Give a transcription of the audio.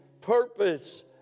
purpose